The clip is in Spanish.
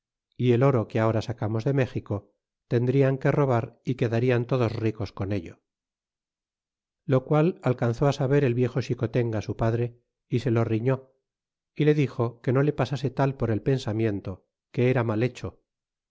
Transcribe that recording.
y el oro que ahora sacamos de méxico tendrian que robar y quedarian todos ricos con ello lo qual alcanzó saber el viejo xicotenga su padre y se lo riñó y le dixo que no le pasase tal por el pensamiento que era mal hecho